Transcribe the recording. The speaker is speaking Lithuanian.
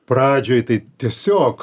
pradžioj tai tiesiog